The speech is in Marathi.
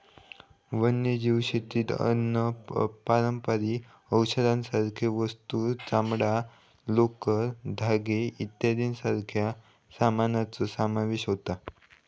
वन्यजीव शेतीत अन्न, पारंपारिक औषधांसारखे वस्तू, चामडां, लोकर, धागे यांच्यासारख्या सामानाचो समावेश होता